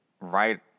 right